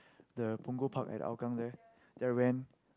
the Punggol-Park at Hougang there then I went